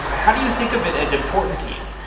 how do you think of it as important to you?